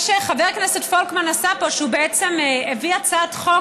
מה שחבר הכנסת פולקמן עשה פה זה שהוא הביא הצעת חוק